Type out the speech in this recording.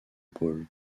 pôle